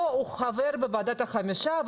הוא חבר בוועדת החמישה,